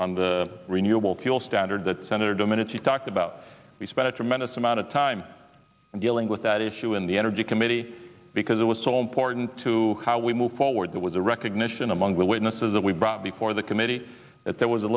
on the renewable fuel standard that senator domenici talked about we spent a tremendous amount of time dealing with that issue in the energy committee because it was so important to how we move forward that was a recognition among the witnesses that we brought before the committee that there was a